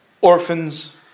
orphans